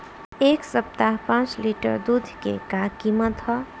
एह सप्ताह पाँच लीटर दुध के का किमत ह?